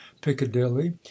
piccadilly